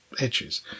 edges